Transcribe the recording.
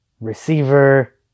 receiver